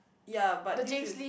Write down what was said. ya but this is